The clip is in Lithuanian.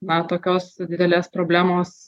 na tokios didelės problemos